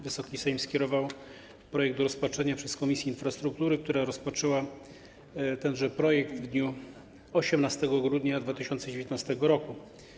Wysoki Sejm skierował projekt do rozpatrzenia przez Komisję Infrastruktury, która rozpatrzyła tenże projekt w dniu 18 grudnia 2019 r.